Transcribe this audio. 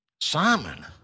Simon